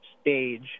stage